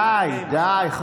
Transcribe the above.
די, די.